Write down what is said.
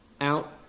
out